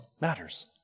matters